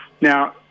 Now